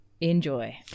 enjoy